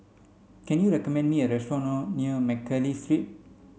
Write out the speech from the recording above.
can you recommend me a restaurant nor near Mcnally Street